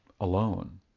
alone